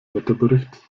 wetterbericht